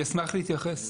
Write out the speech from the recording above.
אני אסמך להתייחס.